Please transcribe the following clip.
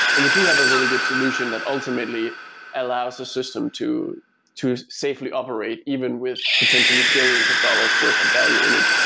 and we do have a really good solution that ultimately allows the system to to safely operate, even with potentially billions of dollars' worth of value in it,